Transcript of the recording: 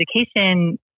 education